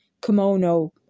kimono